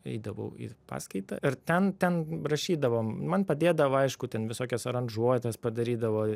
eidavau ir į paskaitą ir ten ten prašydavom man padėdavo aišku ten visokias aranžuotes padarydavo